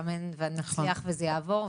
ואמן ונצליח וזה יעבור,